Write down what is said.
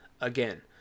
again